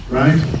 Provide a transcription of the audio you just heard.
right